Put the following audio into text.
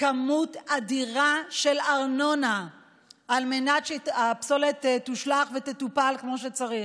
כמות אדירה של ארנונה על מנת שהפסולת תושלך ותטופל כמו שצריך,